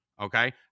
Okay